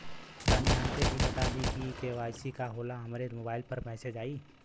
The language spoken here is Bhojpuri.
तनि हमके इ बता दीं की के.वाइ.सी का होला हमरे मोबाइल पर मैसेज आई?